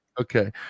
Okay